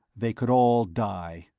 they could all die.